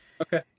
Okay